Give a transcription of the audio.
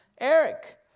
Eric